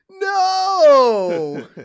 No